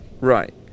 right